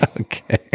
Okay